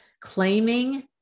Claiming